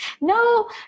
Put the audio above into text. no